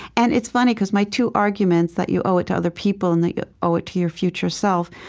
and it's funny, because my two arguments, that you owe it to other people and that you owe it to your future self,